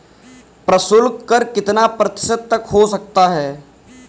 प्रशुल्क कर कितना प्रतिशत तक हो सकता है?